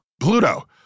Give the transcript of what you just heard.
Pluto